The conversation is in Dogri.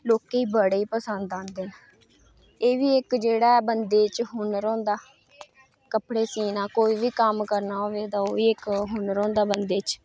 लोकें ई बड़े पसंद आंदे एह्बी इक्क जेह्ड़ा ऐ बंदे च हूनर होंदा कपड़े सीना कोई बी कम्म होइया ओह्दे च इक्क हूनर होंदा बंदे च